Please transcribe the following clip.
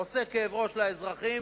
עושה כאב ראש לאזרחים